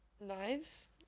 knives